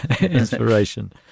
inspiration